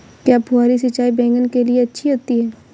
क्या फुहारी सिंचाई बैगन के लिए अच्छी होती है?